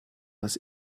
was